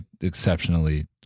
exceptionally